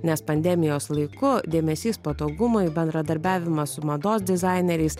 nes pandemijos laiku dėmesys patogumui bendradarbiavimas su mados dizaineriais